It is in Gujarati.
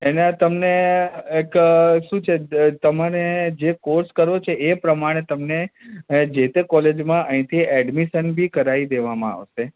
એના તમને એક શું છે તમને જે કોર્સ કરવો છે એ પ્રમાણે તમને જે તે કોલેજમાં અહીંથી એડમિશન બી કરાવી દેવામાં આવશે